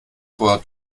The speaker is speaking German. bor